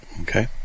Okay